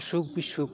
असुग बिसुग